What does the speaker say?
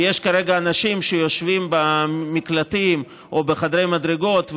כי יש כרגע אנשים שיושבים במקלטים או בחדרי מדרגות,